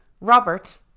Robert